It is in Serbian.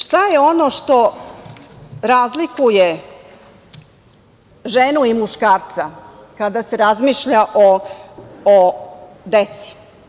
Šta je ono što razlikuje ženu i muškarca kada se razmišlja o deci?